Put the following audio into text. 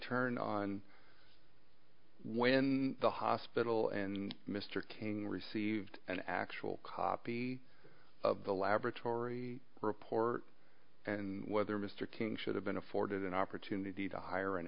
turned on when the hospital and mr kane received an actual copy of the laboratory report and whether mr king should have been afforded an opportunity to hire an